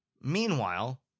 Meanwhile